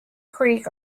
creek